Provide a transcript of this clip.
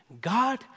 God